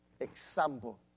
example